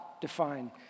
define